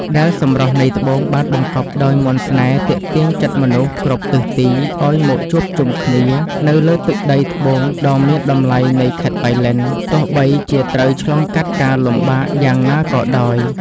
ដែលសម្រស់នៃត្បូងបានបង្កប់ដោយមន្តស្នេហ៍ទាក់ទាញចិត្តមនុស្សគ្រប់ទិសទីឱ្យមកជួបជុំគ្នានៅលើទឹកដីត្បូងដ៏មានតម្លៃនៃខេត្តប៉ៃលិន ទោះបីជាត្រូវឆ្លងកាត់ការលំបាកយ៉ាងណាក៏ដោយ។